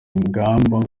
ingamba